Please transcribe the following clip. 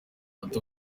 ati